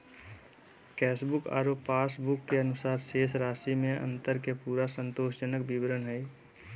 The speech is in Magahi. कैशबुक आरो पास बुक के अनुसार शेष राशि में अंतर के पूरा संतोषजनक विवरण हइ